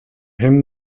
him